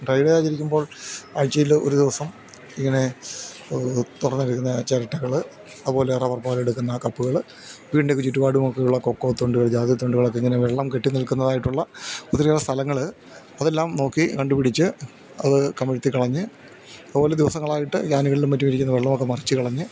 dry day ആചരിക്കുമ്പോൾ ആഴ്ചയിൽ ഒരു ദിവസം ഇങ്ങനെ തുറന്നിരിക്കുന്ന ചിരട്ടകൾ അതുപോലെ റബർ പാൽ എടുക്കുന്ന കപ്പുകൾ വീടിൻ്റെ ഒക്കെ ചുറ്റുപാടുമൊക്കെ ഉള്ള കൊക്കോ തൊണ്ടുകൾ ജാതി തൊണ്ടുകളൊക്കെ ഇങ്ങനെ വെള്ളം കെട്ടി നിൽക്കുന്നതായിട്ടുള്ള ഒത്തിരി ഏറെ സ്ഥലങ്ങൾ അതെല്ലാം നോക്കി കണ്ടുപിടിച്ച് അത് കമഴ്ത്തി കളഞ്ഞ് അതുപോലെ ദിവസങ്ങളായിട്ട് ഞാലുകളിലും മറ്റുമിരിക്കുന്ന വെള്ളം ഒക്കെ മറിച്ച് കളഞ്ഞ്